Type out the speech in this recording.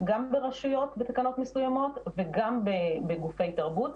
גם ברשויות בתקנות מסוימות וגם בגופי תרבות.